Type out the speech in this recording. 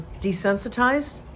desensitized